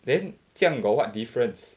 then 这样 what difference